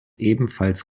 ebenfalls